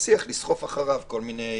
ומצליח לסחוף אחריו כל מיני